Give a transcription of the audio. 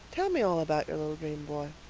tell me all about your little dream-boy.